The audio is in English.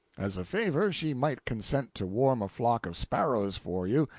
as a favor, she might consent to warm a flock of sparrows for you,